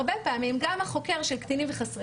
הרבה פעמים גם החוקר של קטינים וחסרי